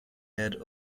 had